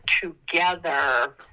together